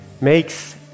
makes